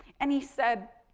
and, he said,